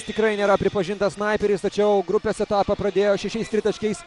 tikrai nėra pripažintas snaiperis tačiau grupės etapą pradėjo šešiais tritaškiais